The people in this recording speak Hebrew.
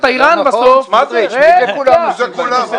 מי זה כולם?